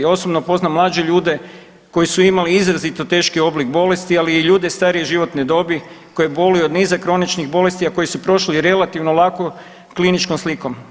Ja osobno poznajem mlađe ljude koji su imali izrazito težak oblik bolesti, ali i ljude starije životne dobi koji boluju od niza kroničnih bolesti a koji su prošli relativno lako kliničkom slikom.